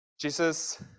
Jesus